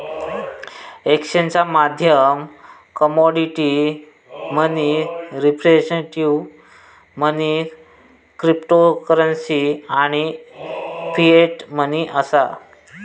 एक्सचेंजचा माध्यम commodity money, representative money, cryptocurrency आणि फिएट मनी असा